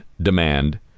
demand